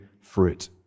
fruit